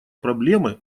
проблемы